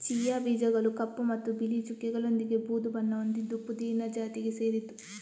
chia ಬೀಜಗಳು ಕಪ್ಪು ಮತ್ತು ಬಿಳಿ ಚುಕ್ಕೆಗಳೊಂದಿಗೆ ಬೂದು ಬಣ್ಣ ಹೊಂದಿದ್ದು ಪುದೀನ ಜಾತಿಗೆ ಸೇರಿದ್ದು